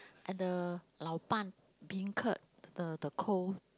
and the Laoban beancurd the the cold